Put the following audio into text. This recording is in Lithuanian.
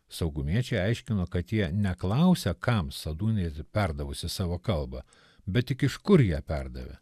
saugumiečiai aiškino kad jie neklausia kam sadūnaitė perdavusi savo kalbą bet tik iš kur ją perdavė